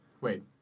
Wait